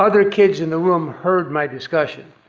other kids in the room heard my discussion.